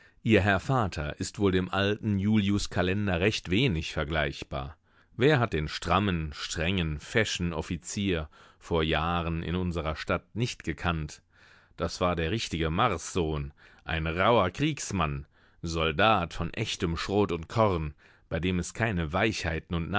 ihr herr vater ist wohl dem alten julius kalender recht wenig vergleichbar wer hat den strammen strengen feschen offizier vor jahren in unserer stadt nicht gekannt das war der richtige marssohn ein rauher kriegsmann soldat von echtem schrot und korn bei dem es keine weichheiten